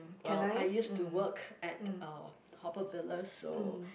well I used to work at uh Haw-Par-Villa so